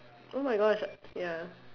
oh my gosh ya